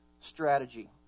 strategy